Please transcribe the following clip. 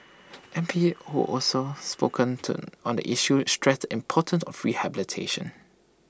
M P who also spoken on the issue stressed the importance of rehabilitation